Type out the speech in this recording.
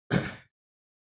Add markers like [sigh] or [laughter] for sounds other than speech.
[coughs]